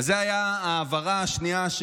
זאת הייתה ההבהרה השנייה.